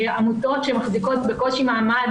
עמותות בקושי מחזיקות מעמד.